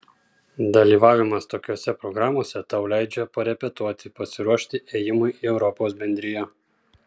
dalyvavimas tokiose programose tau leidžia parepetuoti pasiruošti ėjimui į europos bendriją